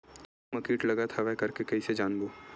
गेहूं म कीट लगत हवय करके कइसे जानबो?